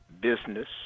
business